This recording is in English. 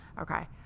Okay